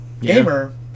gamer